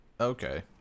Okay